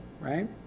right